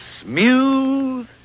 smooth